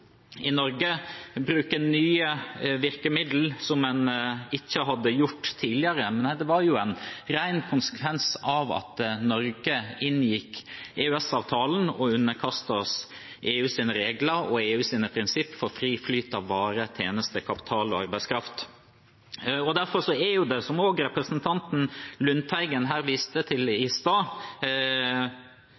i Norge og bruke nye virkemidler som en ikke hadde brukt tidligere. Det var en ren konsekvens av at Norge inngikk EØS-avtalen og underkastet oss EUs regler og prinsipper for fri flyt av varer, tjenester, kapital og arbeidskraft. Derfor er det, som også representanten Lundteigen viste til i stad,